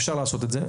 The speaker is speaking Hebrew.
אפשר לעשות את זה.